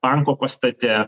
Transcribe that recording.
banko pastate